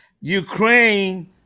Ukraine